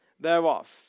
thereof